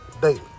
daily